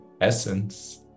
essence